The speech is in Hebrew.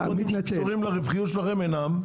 -- כל הנתונים שקשורים לרווחיות שלכם אינם,